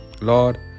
Lord